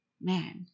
man